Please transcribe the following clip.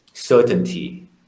certainty